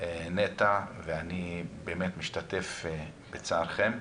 אני באמת ממשתף בצערכם,